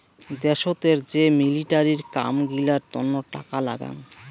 দ্যাশোতের যে মিলিটারির কাম গিলার তন্ন টাকা লাগাং